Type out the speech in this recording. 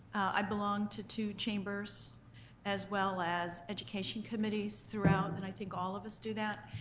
i belong to two chambers as well as education committees throughout, and i think all of us do that.